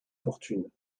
fortunes